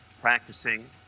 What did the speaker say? practicing